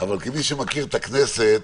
מי שמכיר את הכנסת